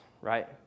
right